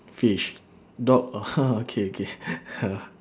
fish dog orh okay okay